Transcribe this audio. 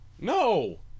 No